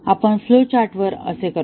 आपण फ्लो चार्टवर असे करतो